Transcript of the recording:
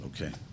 Okay